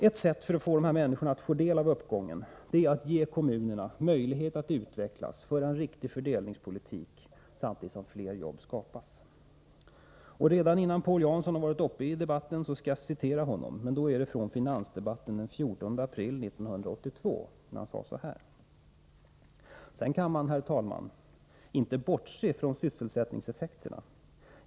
Ett sätt att låta dessa människor få del av uppgången är att ge kommunerna möjlighet att utvecklas, föra en riktig fördelningspolitik, samtidigt som fler jobb skapas. Redan innan Paul Jansson varit uppe i debatten skall jag citera honom, men då är det från finansdebatten den 14 april 1982, då han sade så här: ”Sedan kan man, herr talman, inte bortse från sysselsättningseffekterna.